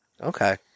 Okay